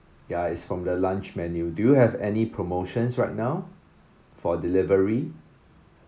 ya is from the lunch menu do you have any promotions right now for delivery